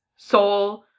soul